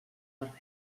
barret